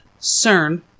CERN